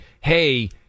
hey